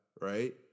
right